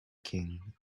king